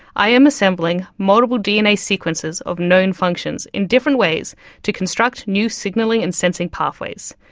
i am assembling multiple dna sequences of known functions in different ways to construct new signalling and sensing pathways.